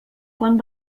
quan